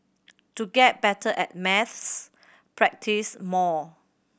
to get better at maths practise more